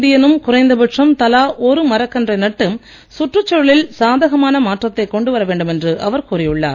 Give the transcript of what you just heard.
இந்தியனும் குறைந்தபட்சம் தலா ஒரு மரக் கன்றை நட்டு சுற்றுச்சூழலில் சாதகமான மாற்றத்தைக் கொண்டுவர வேண்டுமென்று அவர் கூறியுள்ளார்